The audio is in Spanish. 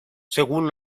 según